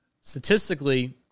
Statistically